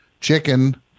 chicken